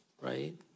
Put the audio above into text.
right